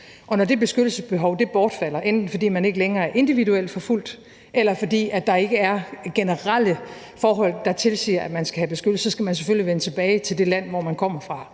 når det beskyttelsesbehov bortfalder, enten fordi man ikke længere er individuelt forfulgt, eller fordi der ikke er generelle forhold, der tilsiger, at man skal have beskyttelse, så skal man selvfølgelig vende tilbage til det land, hvor man kommer fra,